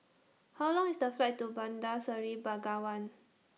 How Long IS The Flight to Bandar Seri Begawan